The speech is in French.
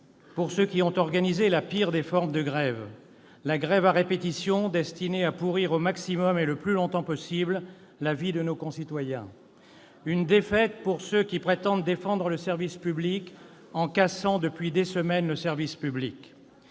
pour ceux qui ont organisé la pire des formes de grève, la grève à répétition destinée à pourrir au maximum et le plus longtemps possible la vie de nos concitoyens ; une défaite pour ceux qui prétendent défendre le service public en cassant, depuis des semaines, ce dernier.